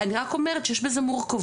אני רק אומרת שיש בזה מורכבות,